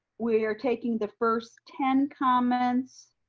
we're taking the first ten comments